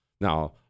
Now